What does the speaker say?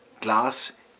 glass